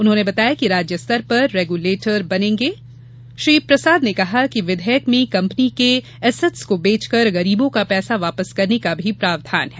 उन्होंने बताया कि राज्य स्तर पर रेगुलेटर बनेंगे श्री प्रसाद ने कहा कि विधेयक में कंपनी के एसेट्स को बेचकर के गरीबों का पैसा वापिस करने का भी प्रावधान है